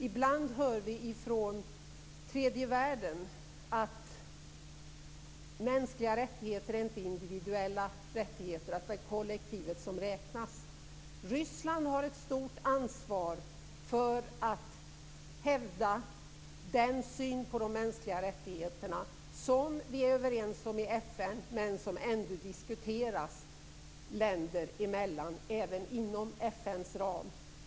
Ibland hör vi från tredje världen att mänskliga rättigheter inte är individuella, utan att det är kollektivet som räknas. Ryssland har ett stort ansvar att hävda den syn på de mänskliga rättigheterna som vi är överens om i FN, men som ändå diskuteras länder emellan även inom FN:s ram.